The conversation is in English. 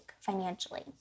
financially